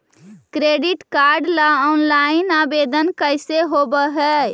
Credit card ल online आवेदन कैसे होब है?